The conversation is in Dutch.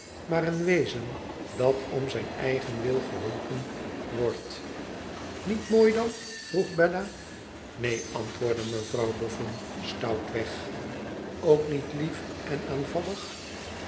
maar een wezen dat om zijn eigen wil geholpen wordt niet mooi dan vroeg bella neen antwoordde mevrouw bofen stoutweg ook niet lief en